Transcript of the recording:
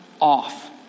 off